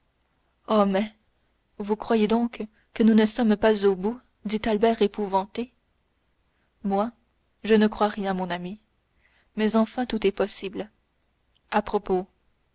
mais vous croyez donc que nous ne sommes pas au bout dit albert épouvanté moi je ne crois rien mon ami mais enfin tout est possible à propos